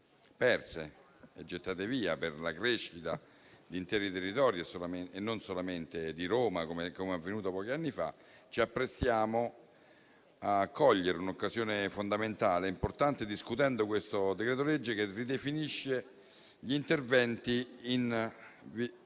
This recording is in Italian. perse, gettate via, per la crescita di interi territori e non solamente di Roma, come è avvenuto pochi anni fa, ci apprestiamo a cogliere un'occasione fondamentale e importante discutendo questo decreto-legge che ridefinisce gli interventi in vista